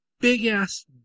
big-ass